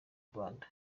rwanda